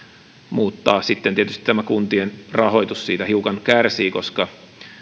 mutta sitten tietysti tämä kuntien rahoitus siitä hiukan kärsii koska